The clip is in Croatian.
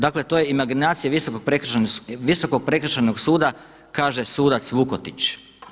Dakle to je imaginacija Visokog prekršajnog suda kaže sudac Vukotić.